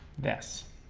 this